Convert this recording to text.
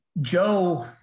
Joe